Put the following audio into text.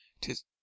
Tis